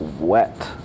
wet